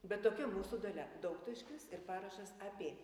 bet tokia mūsų dalia daugtaškis ir parašas ap